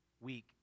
Week